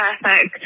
perfect